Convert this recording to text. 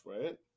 right